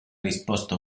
risposta